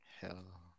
Hell